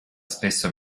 spesso